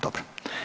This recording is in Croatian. Dobro.